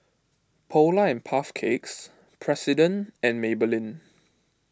Polar and Puff Cakes President and Maybelline